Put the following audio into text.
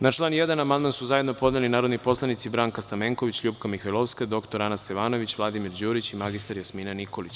Na član 1. amandman su zajedno podneli narodni poslanici Branka Stamenković, LJupka Mihajlovska, dr. Ana Stevanović, Vladimir Đurić i mr Jasmina Nikolić.